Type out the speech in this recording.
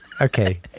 Okay